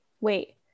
wait